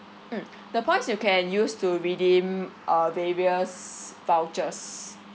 mm the points you can use to redeem uh various vouchers